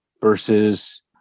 versus